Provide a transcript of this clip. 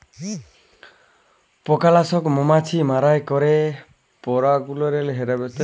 পকালাসক মমাছি মারাই ক্যরে এবং পরাগরেলু হেরাসের কারল হ্যতে পারে